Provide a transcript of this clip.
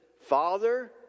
Father